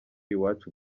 iwacu